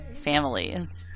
families